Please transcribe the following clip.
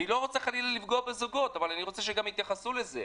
אני לא רוצה חלילה לפגוע בזוגות אבל אני גם רוצה שיתייחסו לזה.